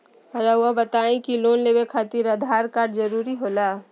रौआ बताई की लोन लेवे खातिर आधार कार्ड जरूरी होला?